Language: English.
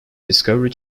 discovery